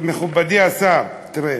מכובדי השר, תראה,